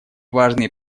важные